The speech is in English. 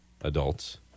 adults